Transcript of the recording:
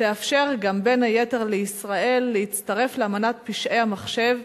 תאפשר בין היתר לישראל להצטרף לאמנת פשעי המחשב,